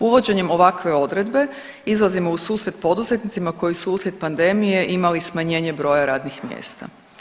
Uvođenjem ovakve odredbe izlazimo u susret poduzetnicima koji su uslijed pandemije imali smanjenje broj radnih mjesta.